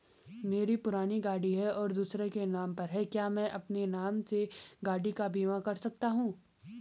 मेरी पुरानी गाड़ी है और दूसरे के नाम पर है क्या मैं अपने नाम से गाड़ी का बीमा कर सकता हूँ?